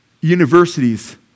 universities